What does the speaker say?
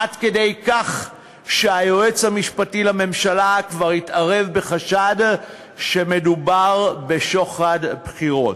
עד כדי כך שהיועץ המשפטי לממשלה כבר התערב בחשד שמדובר בשוחד בחירות.